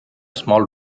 small